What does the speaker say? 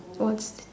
what's that